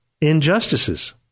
injustices